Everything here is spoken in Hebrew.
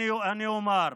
אני אומר: